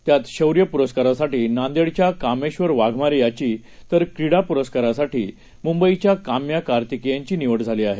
त्यातशौर्यपुरस्कारासाठीनंदेडच्याकामेश्वरवाघमारेयाची तरक्रीडापुरस्कारासाठीमुंबईच्याकाम्याकार्तिकेयनचीनिवडझालीआहे